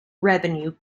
revenue